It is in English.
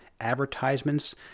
advertisements